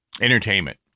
entertainment